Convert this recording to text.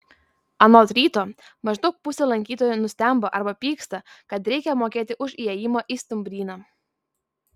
anot ryto maždaug pusė lankytojų nustemba arba pyksta kad reikia mokėti už įėjimą į stumbryną